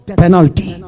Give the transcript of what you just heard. penalty